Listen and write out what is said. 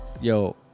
Yo